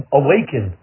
awaken